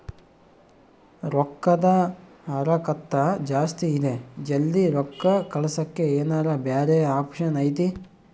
ರೊಕ್ಕದ ಹರಕತ್ತ ಜಾಸ್ತಿ ಇದೆ ಜಲ್ದಿ ರೊಕ್ಕ ಕಳಸಕ್ಕೆ ಏನಾರ ಬ್ಯಾರೆ ಆಪ್ಷನ್ ಐತಿ?